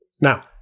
Now